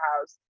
house